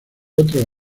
otros